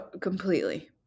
completely